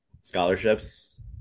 scholarships